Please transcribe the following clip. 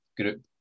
group